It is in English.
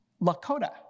Lakota